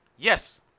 Yes